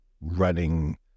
Running